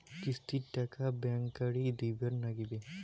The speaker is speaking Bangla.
কিস্তির টাকা কেঙ্গকরি দিবার নাগীবে?